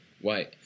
Why